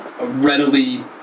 readily